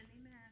amen